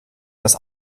das